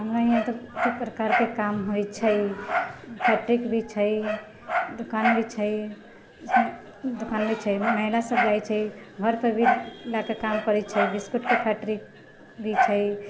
हमरा यहाँ तऽ बहुते प्रकारके काम होइत छै फैक्टरी भी छै दुकान भी छै दुकान भी छै महिला सब जाइत छै घर पर भी लाके काम करैत छै बिस्कुटके फैक्टरी भी छै